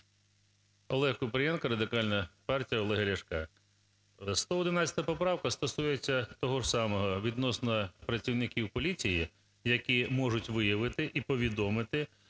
ОлегКупрієнко, Радикальна партія Олега Ляшка. 111 поправка стосується того ж самого: відносно працівників поліції, які можуть виявити і повідомити,